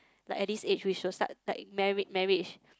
like at this age we should start like marriage marriage